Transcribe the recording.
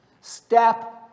Step